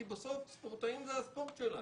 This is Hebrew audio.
כי בסוף הספורטאים זה הספורט שלנו.